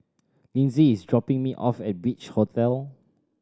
Linzy is dropping me off at Beach Hotel